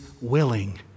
willing